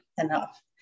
enough